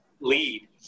lead